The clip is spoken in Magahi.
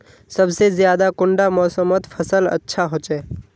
सबसे ज्यादा कुंडा मोसमोत फसल अच्छा होचे?